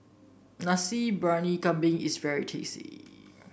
Nasi Briyani Kambing is very tasty